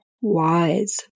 wise